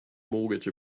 mortgage